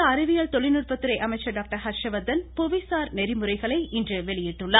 மத்திய அறிவியல் தொழில்நுட்பத்துறை அமைச்சர் டாக்டர் ஹர்ஸ்வர்த்தன் புவி சார் நெறிமுறைகளை இன்று வெளியிட்டுள்ளார்